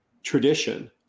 tradition